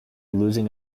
losing